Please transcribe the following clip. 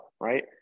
right